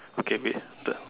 okay wait the